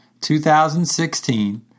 2016